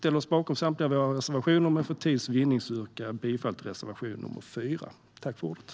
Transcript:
Vi står bakom samtliga våra reservationer, men för tids vinnande yrkar jag bifall endast till reservation 4.